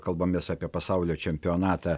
kalbamės apie pasaulio čempionatą